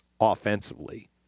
offensively